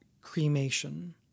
cremation